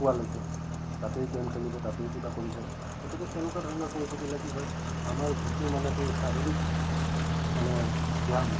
শোৱালৈকে তাতেই গে'ম খেলিব তাতেই কিবা কৰিব গতিকে এনেকুৱা ধৰণে কৰি থাকিলে কি হয় আমাৰ যিটো মানে কি শাৰীৰিক মানে ব্যায়াম